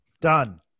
Done